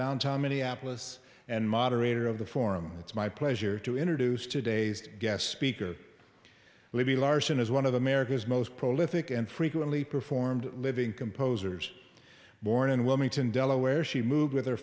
downtown minneapolis and moderator of the forum it's my pleasure to introduce today's guest speaker levy larson as one of america's most prolific and frequently performed living composers born in wilmington delaware she moved with her